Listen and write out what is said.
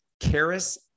Karis